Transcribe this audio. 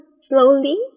slowly